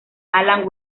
alan